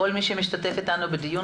משרדי הממשלה שמשתתפים אתנו בדיון